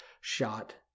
shot